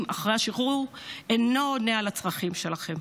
אחרי השחרור אינו עונה על הצרכים שלכם,